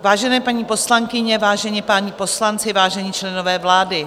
Vážené paní poslankyně, vážení páni poslanci, vážení členové vlády.